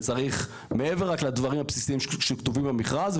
וצריך מעבר רק לדברים הבסיסיים שכתובים במכרז.